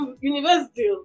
university